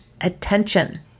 attention